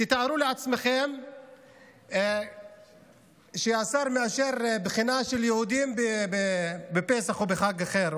תתארו לעצמכם שהשר מאשר בחינה של יהודים בפסח או בחג אחר,